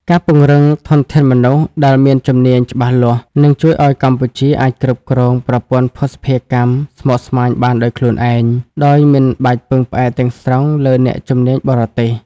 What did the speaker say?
ការពង្រឹងធនធានមនុស្សដែលមានជំនាញច្បាស់លាស់ នឹងជួយឱ្យកម្ពុជាអាចគ្រប់គ្រងប្រព័ន្ធភស្តុភារកម្មស្មុគស្មាញបានដោយខ្លួនឯង ដោយមិនបាច់ពឹងផ្អែកទាំងស្រុងលើអ្នកជំនាញបរទេស។